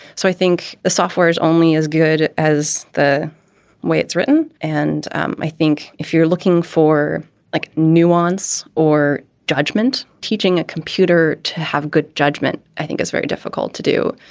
so i think the software is only as good as the way it's written. and um i think if you're looking for like nuance or judgment, teaching a computer to have good judgment, i think it's very difficult to do.